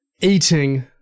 eating